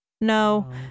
No